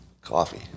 coffee